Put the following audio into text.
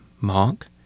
Mark